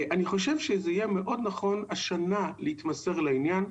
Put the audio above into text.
אני חושב שזה יהיה מאוד נכון השנה להתמסר לעניין.